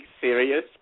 serious